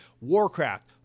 warcraft